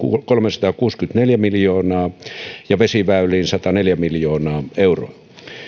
kolmesataakuusikymmentäneljä miljoonaa ja vesiväyliin sataneljä miljoonaa euroa